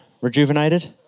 rejuvenated